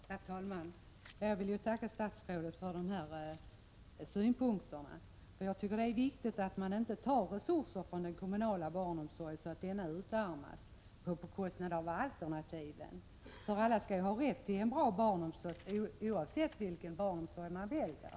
Herr talman! Jag vill tacka statsrådet för dessa synpunkter. Det är viktigt att man inte tar resurser från den kommunala barnomsorgen så att den utarmas på grund av alternativen. Alla skall ha rätt till en bra barnomsorg, oavsett vilken barnomsorg man väljer.